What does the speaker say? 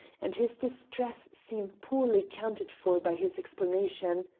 and his distress seemed poorly accounted for by his explanation.